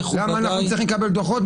למה אנחנו צריכים לקבל דוחות?